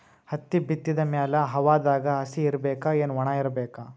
ಹತ್ತಿ ಬಿತ್ತದ ಮ್ಯಾಲ ಹವಾದಾಗ ಹಸಿ ಇರಬೇಕಾ, ಏನ್ ಒಣಇರಬೇಕ?